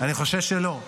אני חושש שלא.